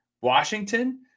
Washington